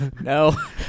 No